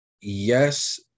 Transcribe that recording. yes